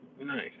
Nice